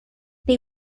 they